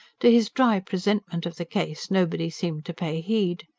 to his dry presentment of the case nobody seemed to pay heed.